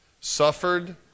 suffered